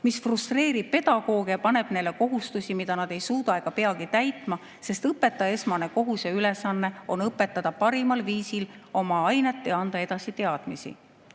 See frustreerib pedagooge ja paneb neile kohustusi, mida nad ei suuda täita ega peakski täitma, sest õpetaja esmane ülesanne on õpetada parimal viisil oma ainet ja anda edasi teadmisi.